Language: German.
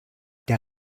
der